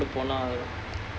போலாம்:polaam